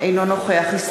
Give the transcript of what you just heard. אינו נוכח אריאל אטיאס,